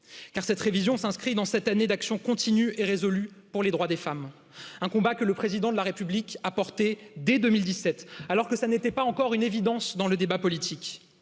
car cette révision s'inscrit dans cette année d'action continue et résolue pour les droits des femmes un combats que le président de la république a porté dès deux mille dix sept alors que ce n'était pas encore une évidence dans le débat politique